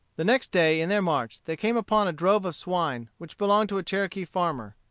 the next day, in their march, they came upon a drove of swine, which belonged to a cherokee farmer.